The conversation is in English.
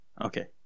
Okay